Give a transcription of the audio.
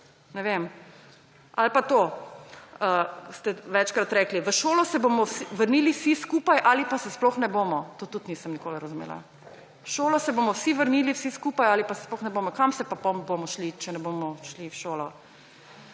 Ne vem. Ali pa to ste večkrat rekli – v šolo se bomo vrnili vsi skupaj ali pa se sploh ne bomo. Tega tudi nisem nikoli razumela. V šolo se bomo vrnili vsi skupaj ali pa se sploh ne bomo. Kam pa bomo šli, če ne bomo šli v šolo?